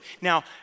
Now